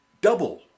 double